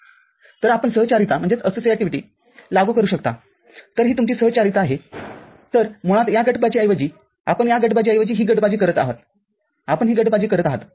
तर आपण सहचारितालागू करू शकता तर ही तुमची सहचारिताआहे तर मुळात या गटबाजीऐवजी आपण या गटबाजीऐवजी ही गटबाजी करीत आहात आपण ही गटबाजी करीत आहात ठीक आहे